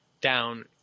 down